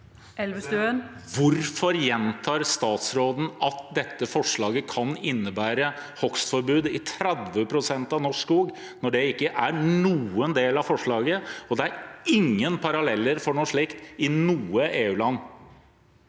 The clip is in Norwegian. Hvorfor gjentar stats- råden at dette forslaget kan innebære hogstforbud i 30 pst. av norsk skog – når det ikke er noen del av forslaget og ingen paralleller til noe slikt i noe EU-land?